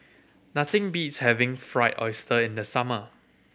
nothing beats having Fried Oyster in the summer